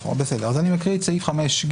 בסדר, אז אני מקריא את הסעיף 5ג: